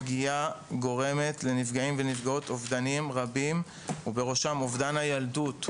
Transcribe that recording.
הפגיעה גורמת לנפגעים ולנפגעות אובדנים רבים ובראשם אובדן הילדות,